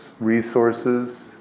resources